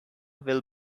will